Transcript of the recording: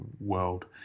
world